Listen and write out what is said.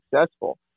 successful